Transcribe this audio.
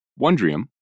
Wondrium